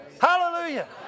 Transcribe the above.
Hallelujah